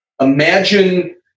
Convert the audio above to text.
imagine